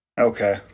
Okay